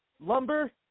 Lumber